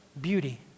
beauty